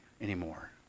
anymore